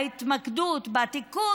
וההתמקדות בתיקון,